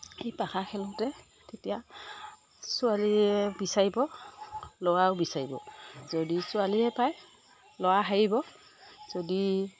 সেই পাশা খেলোঁতে তেতিয়া ছোৱালীয়ে বিচাৰিব ল'ৰায়ো বিচাৰিব যদি ছোৱালীয়ে পায় ল'ৰা হাৰিব যদি